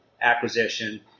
acquisition